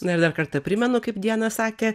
na ir dar kartą primenu kaip diana sakė